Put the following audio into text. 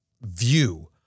view